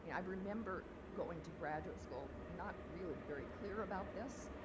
i remember going to graduate school, not really very clear about this,